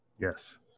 Yes